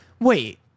Wait